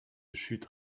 chutes